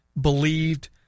believed